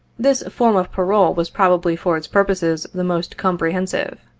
this form of parole was probably for its purposes, the most comprehensive.